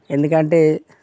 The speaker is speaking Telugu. ఎందుకంటే